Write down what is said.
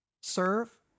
serve